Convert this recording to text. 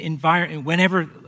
whenever